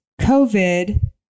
COVID